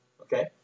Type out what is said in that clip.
okay